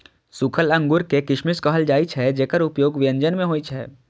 सूखल अंगूर कें किशमिश कहल जाइ छै, जेकर उपयोग व्यंजन मे होइ छै